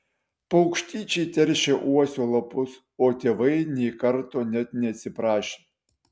paukštyčiai teršė uosio lapus o tėvai nė karto net neatsiprašė